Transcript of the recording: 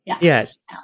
Yes